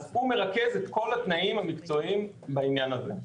אז הוא מרכז את כל התנאים המקצועיים בעניין הזה.